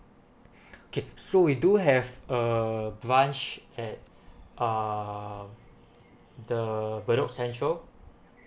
okay so we do have uh branch at um the bedok central